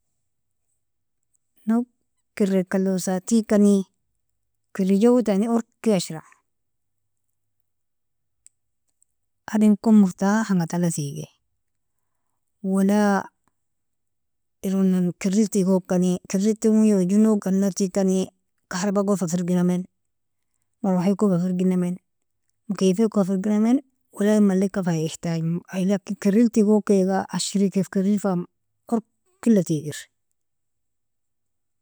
Nog karka kalusa tigkani kari jawoetani urki ashra, adamikon mortahinga talatige wala eronon karlitigokani karlitigmon nog. tigkani kahraba gon fafrginamen marwahaikon fafrginamen mokifikon hafrginamen wala inmalika fa ihtajimo ay Laki karlitigokiga ashirikir karlifa urkla tiger.